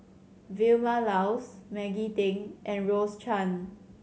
Vilma Laus Maggie Teng and Rose Chan